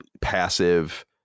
passive